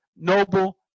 noble